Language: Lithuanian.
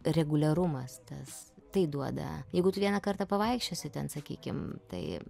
reguliarumas tas tai duoda jeigu tu vieną kartą pavaikščiosi ten sakykim tai